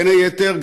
בין היתר,